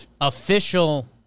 Official